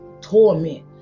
torment